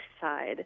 side